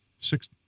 Six